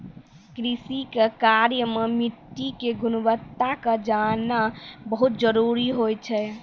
कृषि के कार्य मॅ मिट्टी के गुणवत्ता क जानना बहुत जरूरी होय छै